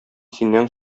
синнән